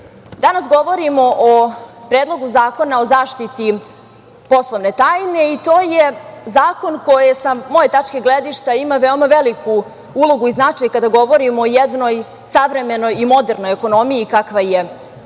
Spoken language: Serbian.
Danas govorimo o Predlogu zakona o zaštiti poslovne tajne i to je zakon koji, sa moje tačke gledišta, ima veoma veliku ulogu i značaj kada govorimo o jednoj savremenoj i modernoj ekonomiji kakva je Srbija